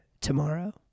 tomorrow